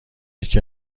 یکی